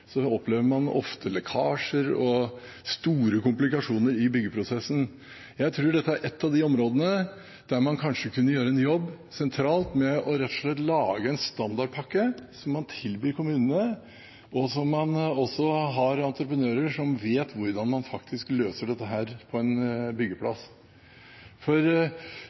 opplever man ofte lekkasjer og store komplikasjoner i byggeprosessen. Jeg tror dette er et av de områdene der man kanskje kunne gjøre en jobb sentralt med rett og slett å lage en standardpakke som man tilbyr kommunene, der man også har entreprenører som vet hvordan man faktisk løser dette på en byggeplass.